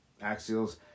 axials